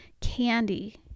candy